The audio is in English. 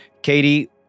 Katie